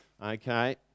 Okay